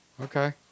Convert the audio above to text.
Okay